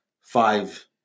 five